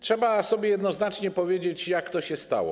Trzeba sobie jednoznacznie powiedzieć, jak to się stało.